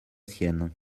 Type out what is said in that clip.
sienne